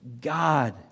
God